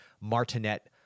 Martinet